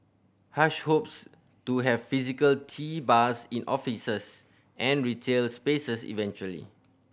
hush hopes to have physical tea bars in offices and retail spaces eventually